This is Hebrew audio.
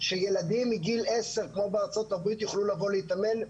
שילדים מגיל 10 כמו בארצות הברית יוכלו לבוא להתאמן.